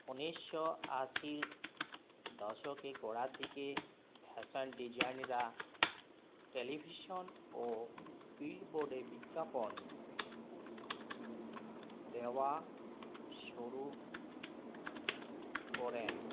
উনিশশো আশির দশকে গোড়ার দিকে ফ্যাশন ডিজাইনরা টেলিভিশন ও বিলবোর্ডে বিজ্ঞাপন দেওয়া শুরু করেন